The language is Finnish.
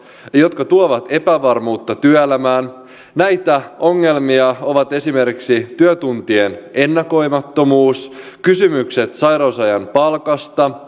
jotka tuovat epävarmuutta työelämään näitä ongelmia ovat esimerkiksi työtuntien ennakoimattomuus kysymykset sairausajan palkasta